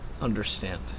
understand